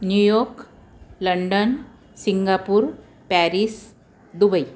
New York London Singapore Paris Dubai